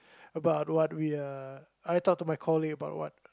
about what we are I talk to my colleague about what